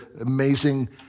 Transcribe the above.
amazing